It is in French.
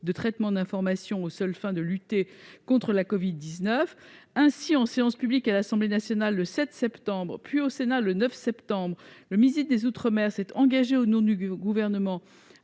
de traitement d'information aux seules fins de lutter contre la covid-19. Ainsi, en séance publique à l'Assemblée nationale le 7 septembre, puis au Sénat le 9 septembre, le ministre des outre-mer s'est engagé à recourir à une